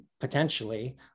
potentially